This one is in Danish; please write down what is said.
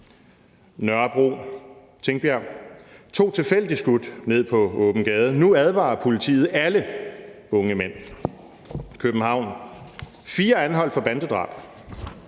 Nørrebro og Tingbjerg: »To tilfældige skudt ned på åben gade: Nu advarer politiet alle unge mænd«. København: »Fire anholdt for bandedrab«.